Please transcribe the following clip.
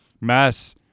mass